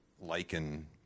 lichen